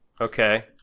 Okay